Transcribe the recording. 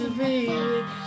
baby